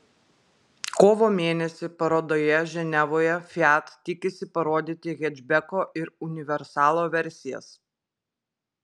kovo mėnesį parodoje ženevoje fiat tikisi parodyti hečbeko ir universalo versijas